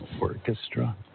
orchestra